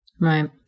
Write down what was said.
Right